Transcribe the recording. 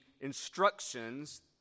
instructions